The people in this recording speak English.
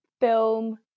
film